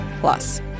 Plus